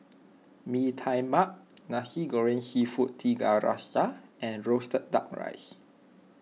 Mee Tai Mak Nasi Goreng Seafood Tiga Rasa and Roasted Duck Rice